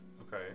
Okay